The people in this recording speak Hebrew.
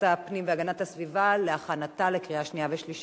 הפנים והגנת הסביבה ולהכנתה לקריאה שנייה ושלישית.